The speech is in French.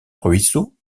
ruisseau